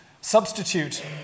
Substitute